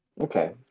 Okay